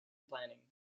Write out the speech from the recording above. planning